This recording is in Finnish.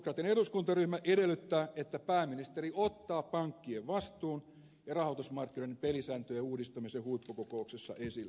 sosialidemokraattinen eduskuntaryhmä edellyttää että pääministeri ottaa pankkien vastuun ja rahoitusmarkkinoiden pelisääntöjen uudistamisen huippukokouksessa esille